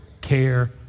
care